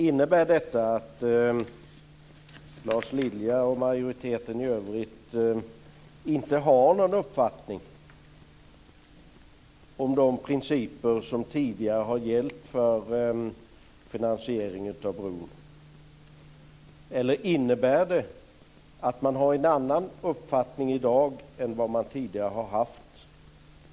Innebär detta att Lars Lilja och majoriteten i övrigt inte har någon uppfattning om de principer som tidigare har gällt för finansiering av bron? Eller innebär det att man har en annan uppfattning i dag än vad man tidigare har haft?